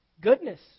Goodness